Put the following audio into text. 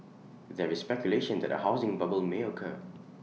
there is speculation that A housing bubble may occur